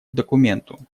документу